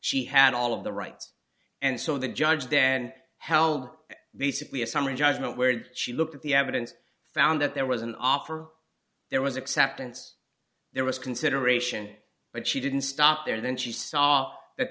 she had all of the rights and so the judge then held basically a summary judgment where she looked at the evidence found that there was an offer there was acceptance there was consideration but she didn't stop there then she saw that